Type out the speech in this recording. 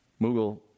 Mughal